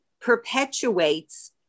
perpetuates